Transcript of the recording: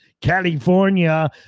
California